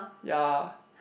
ya